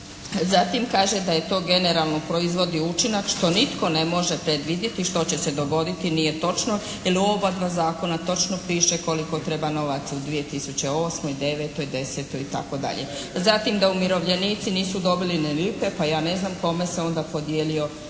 Zatim, kaže da je to generalno proizvod i učinak što nitko ne može predvidjeti što će se dogoditi. Nije točno, jer u obadva zakona točno piše koliko treba novaca u 2008., 2009., 2010. itd. Zatim, da umirovljenici nisu dobili ni lipe. Pa ja ne znam kome su se onda podijelile